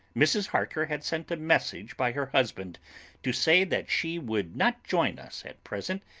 mrs. harker had sent a message by her husband to say that she would not join us at present,